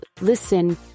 listen